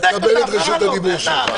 אתה תקבל את רשות הדיבור שלך.